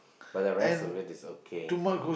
but the rest of it it's okay